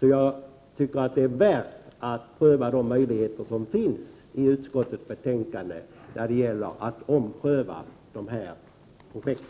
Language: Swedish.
Jag tycker alltså att det är värt att pröva de möjligheter som nämns i utskottets betänkande när det gäller att ompröva detta projekt.